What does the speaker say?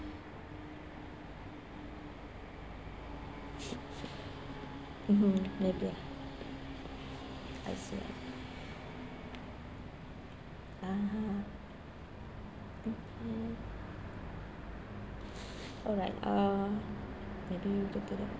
mmhmm maybe ah I see I see (uh huh) mmhmm alright uh maybe we go to the